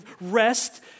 rest